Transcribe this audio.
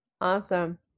awesome